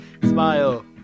smile